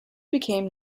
became